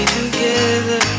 together